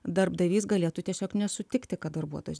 darbdavys galėtų tiesiog nesutikti kad darbuotojas